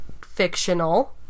fictional